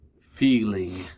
Feeling